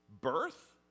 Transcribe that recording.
birth